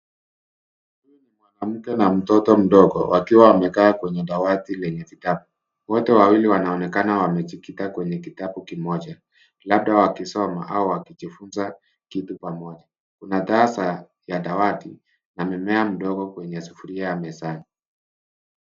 Mwanamke na mtoto mdogo wakiwa wamekaa kwenye dawati lenye vitabu. Wote wawili wanaonekana wamejikita kwenye kitabu kimoja labda wakisoma au wakijifunza kitu kwa pamoja. Kuna taa za dawati na mmea mdogo kwenye sufuria ya mezani.